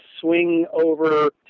swing-over